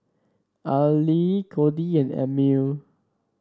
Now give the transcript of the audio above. Aili Cody and Emile